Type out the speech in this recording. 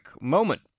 moment